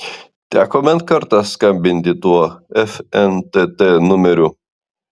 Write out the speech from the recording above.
teko bent kartą skambinti tuo fntt numeriu